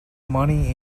money